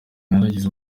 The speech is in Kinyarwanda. naragize